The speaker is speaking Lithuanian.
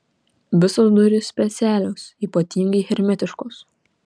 visos durys specialios ypatingai hermetiškos